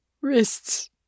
wrists